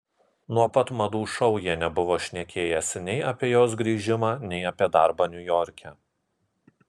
nuo pat madų šou jie nebuvo šnekėjęsi nei apie jos grįžimą nei apie darbą niujorke